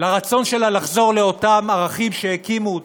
לרצון שלה לחזור לאותם ערכים שהקימו אותה,